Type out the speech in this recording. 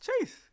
chase